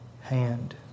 hand